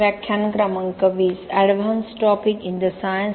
सर्वांना शुभ दुपार